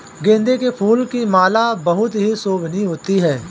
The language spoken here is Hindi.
गेंदे के फूल की माला बहुत ही शोभनीय होती है